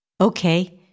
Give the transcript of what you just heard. Okay